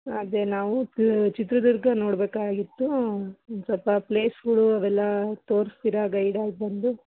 ಅದೇ ನಾವು ಚಿತ್ರದುರ್ಗ ನೋಡಬೇಕಾಗಿತ್ತು ಸ್ವಲ್ಪ ಪ್ಲೇಸ್ಗಳು ಅವೆಲ್ಲ ತೋರಿಸ್ತಿರಾ ಗೈಡಾಗಿ ಬಂದು